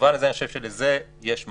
במובן הזה, אני חושב שלזה יש מענה.